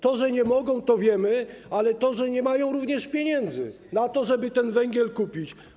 To, że nie mogą, wiemy, ale to, że nie mają również pieniędzy na to, żeby ten węgiel kupić.